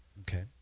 Okay